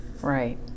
right